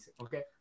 okay